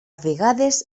vegades